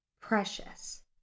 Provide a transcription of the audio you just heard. precious